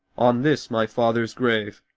on this my father's grave.